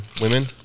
women